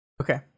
okay